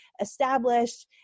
established